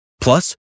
Plus